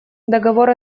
договор